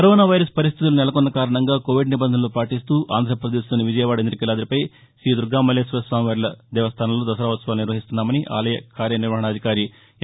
corona virus పరిస్లితులు నెలకొన్న కారణంగా కోవిడ్ నిబంధనలు పాటిస్తూ ఆంధ్రపదేశ్లోని విజయవాడ ఇందకీలాదిపై శ్రీదుర్గామల్లేశ్వర స్వామివార్ల దేవస్థానంలో దసరా ఉత్సవాలు నిర్వహిస్తున్నామని ఆలయ కార్యనిర్వహణాధికారి ఎం